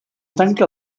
tanca